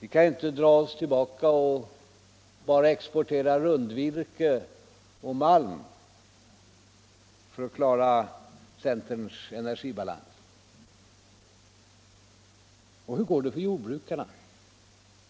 Vi kan inte dra oss tillbaka och bara exportera rundvirke och malm för att klara centerns energibalans. Och hur går det för jordbrukarna?